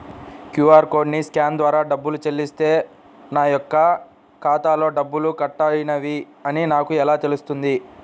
QR కోడ్ని scan ద్వారా డబ్బులు చెల్లిస్తే నా యొక్క ఖాతాలో డబ్బులు కట్ అయినవి అని నాకు ఎలా తెలుస్తుంది?